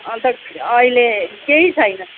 अन्त अहिले केही छैन